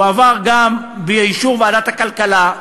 הוא עבר גם באישור ועדת הכלכלה,